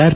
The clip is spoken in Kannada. ಆರ್